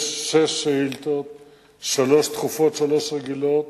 יש שש שאילתות, שלוש דחופות, שלוש רגילות,